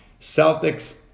Celtics